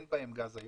אין בהן גז היום.